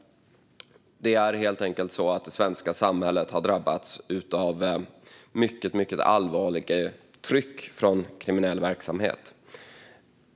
Det är helt enkelt så att det svenska samhället har drabbats av ett mycket allvarligt tryck från kriminell verksamhet.